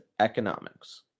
economics